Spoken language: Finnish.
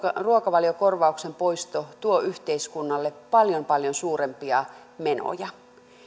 ruokavaliokorvauksen poisto tuo yhteiskunnalle paljon paljon suurempia menoja